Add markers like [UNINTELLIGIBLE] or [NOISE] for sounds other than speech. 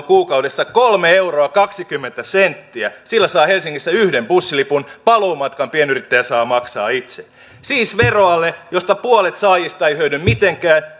[UNINTELLIGIBLE] kuukaudessa kolme euroa kaksikymmentä senttiä sillä saa helsingissä yhden bussilipun paluumatkan pienyrittäjä saa maksaa itse veroale josta puolet saajista ei hyödy mitenkään